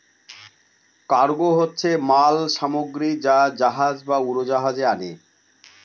cargo হচ্ছে মাল সামগ্রী যা জাহাজ বা উড়োজাহাজে আনে